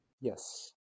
Yes